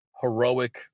heroic